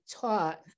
taught